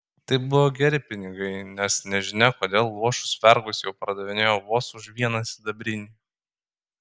tai buvo geri pinigai nes nežinia kodėl luošus vergus jau pardavinėjo vos už vieną sidabrinį